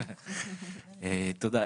תודה.